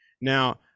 Now